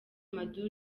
maduro